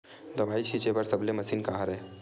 दवाई छिंचे बर सबले मशीन का हरे?